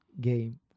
game